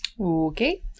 Okay